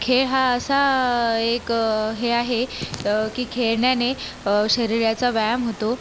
खेळ हा असा एक हे आहे की खेळण्याने शरीराचा व्यायाम होतो